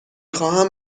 خواهم